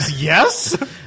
Yes